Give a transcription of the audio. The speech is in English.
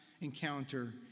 encounter